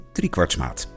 Driekwartsmaat